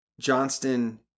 Johnston